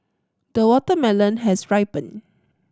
the watermelon has ripened